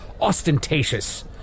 ostentatious